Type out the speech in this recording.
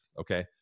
okay